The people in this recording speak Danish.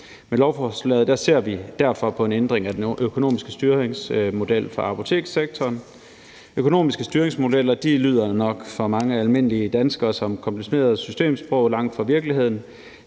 Med lovforslaget ser vi derfor på en ændring af den økonomiske styringsmodel for apotekssektoren. Økonomiske styringsmodeller lyder for mange almindelige danskere nok som kompliceret systemsprog langt fra virkeligheden,